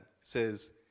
says